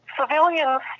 civilians